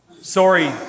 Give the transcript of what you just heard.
Sorry